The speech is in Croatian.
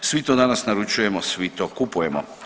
Svi to danas naručujemo, svi to kupujemo.